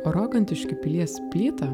rokantiškių pilies plytą